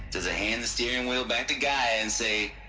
does it hand the steering wheel back to gaia, and say.